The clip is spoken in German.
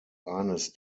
eines